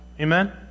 Amen